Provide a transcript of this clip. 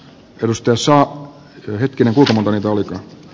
rustossa lyhytkin uusi hevonen oli